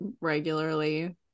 regularly